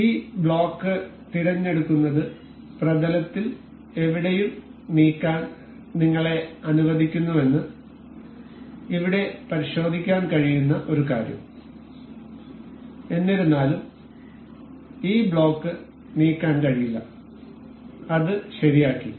ഈ ബ്ലോക്ക് തിരഞ്ഞെടുക്കുന്നത് പ്രതലത്തിൽ എവിടെയും നീക്കാൻ നിങ്ങളെ അനുവദിക്കുന്നുവെന്ന് ഇവിടെ പരിശോധിക്കാൻ കഴിയുന്ന ഒരു കാര്യം എന്നിരുന്നാലും ഈ ബ്ലോക്ക് നീക്കാൻ കഴിയില്ല അത് ശരിയാക്കി